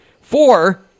Four